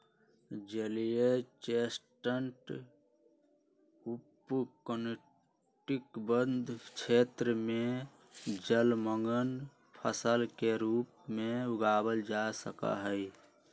जलीय चेस्टनट उष्णकटिबंध क्षेत्र में जलमंग्न फसल के रूप में उगावल जा सका हई